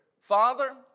Father